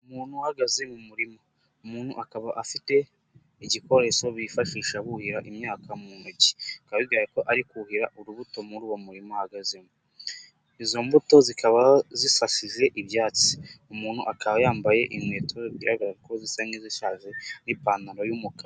Umuntu uhagaze mu murima, umuntu akaba afite igikoresho bifashisha buhira imyaka mu ntoki bikaba bigaragaye ko ari kuhira urubuto muri uwo murimo ahagazemo. Izo mbuto zikaba zisasize ibyatsi umuntu akaba yambaye inkweto bigaragara ko zisa nk'izishaje, n'ipantaro y'umukara.